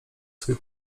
swój